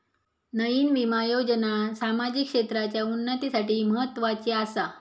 नयीन विमा योजना सामाजिक क्षेत्राच्या उन्नतीसाठी म्हत्वाची आसा